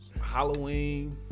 Halloween